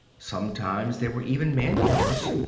sometimes they were even man-killers.